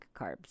carbs